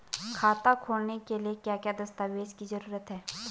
खाता खोलने के लिए क्या क्या दस्तावेज़ की जरूरत है?